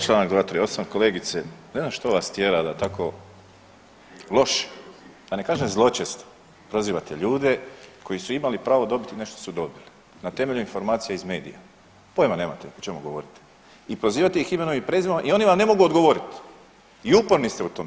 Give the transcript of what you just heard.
Čl. 238., kolegice, ne znam što vas tjera da tako loše, da ne kažem zločesto prozivate ljude koji su imali pravo dobiti nešto što su dobili, na temelju informacija iz medija, pojma nemate o čemu govorite i prozivate ih imenom i prezimenom i oni vam ne mogu odgovoriti i uporni ste u tome.